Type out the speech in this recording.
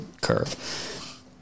curve